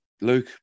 Luke